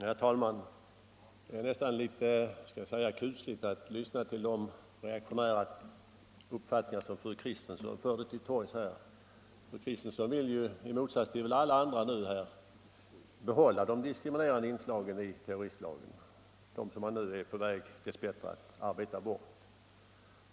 Fortsatt giltighet av Herr talman! Det är nästan litet kusligt att lyssna till de reaktionära = dens.k. terroristlauppfattningar som fru Kristensson förde till torgs. Hon vill, i motsats gen till alla oss andra här, behålla de diskriminerande inslag i terroristlagen som man nu dess bättre är på väg att arbeta bort.